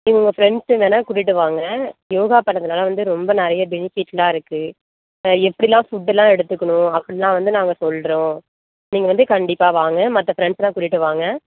நீங்கள் உங்கள் ஃப்ரெண்ட்ஸ்ஸை வேணா கூட்டிகிட்டு வாங்க யோகா பண்ணுறதுனால வந்து ரொம்ப நிறைய பெனிஃபிட்ஸ் எல்லாம் இருக்கு எப்படிலாம் ஃபுட்டு எல்லாம் எடுத்துக்கணும் அப்படிலாம் வந்து நாங்கள் சொல்லுறோம் நீங்கள் வந்து கண்டிப்பாக வாங்க மற்ற ஃப்ரெண்ட்ஸ் எல்லாம் கூட்டிகிட்டு வாங்க